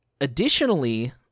additionally